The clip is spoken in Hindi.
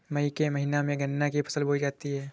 मई के महीने में गन्ना की फसल बोई जाती है